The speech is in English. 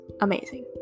amazing